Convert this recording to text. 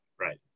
right